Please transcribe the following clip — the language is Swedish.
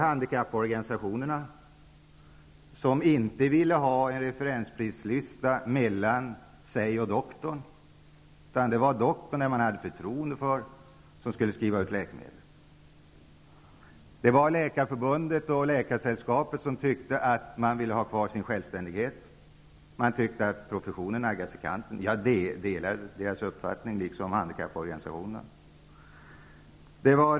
Handikapporganisationerna förklarade att de inte ville ha en referensprislista mellan sig och doktorn, utan man menade att doktorn, som man har förtroende för, skall skriva ut läkemedel. Läkarförbundet och Läkaresällskapet sade att man ville ha kvar sin självständighet. Man tyckte att professionen på detta sätt naggas i kanten. Jag delar deras uppfattning, liksom handikapporganisationernas.